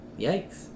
Yikes